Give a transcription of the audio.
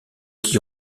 qui